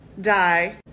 die